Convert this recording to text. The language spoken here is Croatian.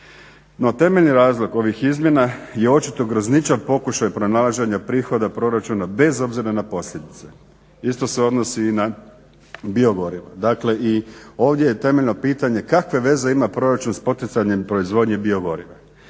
No, temeljni razlog ovih izmjena je očito grozničav pokušaj pronalaženja prihoda proračuna bez obzira na posljedice. Isto se odnosi i na biogoriva. Dakle, i ovdje je temeljno pitanje kakve veze ima proračun s poticanjem proizvodnje biogoriva?